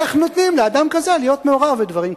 איך נותנים לאדם כזה להיות מעורב בדברים כאלה.